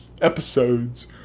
episodes